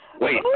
Wait